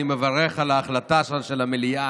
אני מברך על ההחלטה של המליאה,